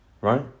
Right